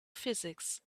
physics